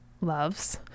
loves